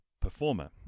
performer